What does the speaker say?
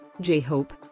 J-Hope